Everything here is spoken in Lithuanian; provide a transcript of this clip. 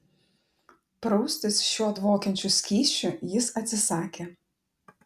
praustis šiuo dvokiančiu skysčiu jis atsisakė